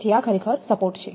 તેથી આ ખરેખર સપોર્ટ છે